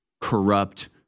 corrupt